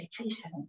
vacation